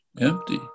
empty